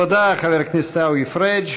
תודה, חבר הכנסת עיסאווי פריג'.